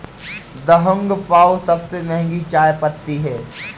Da Hong Pao सबसे महंगी चाय पत्ती है